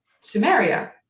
Sumeria